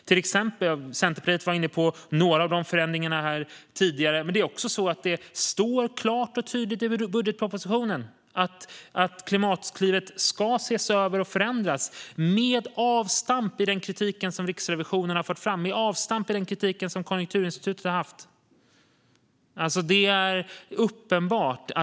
Centerpartiet tog upp några av dessa förändringar, och det står klart och tydligt i budgetpropositionen att Klimatklivet ska ses över och förändras med avstamp i den kritik som Riksrevisionen och Konjunkturinstitutet har fört fram.